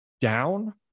down